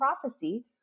prophecy